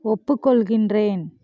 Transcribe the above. ஒப்புக்கொள்கின்றேன்